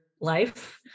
life